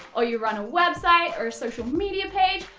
or you run a website or a social media page,